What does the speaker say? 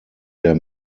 der